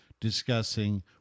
discussing